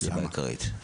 הסיבה העיקרית.